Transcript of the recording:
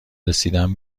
رسیدن